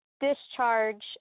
discharge